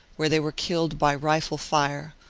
where they were killed by rifle fire,